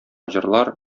җырлар